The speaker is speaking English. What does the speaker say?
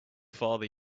father